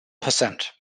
percent